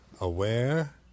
aware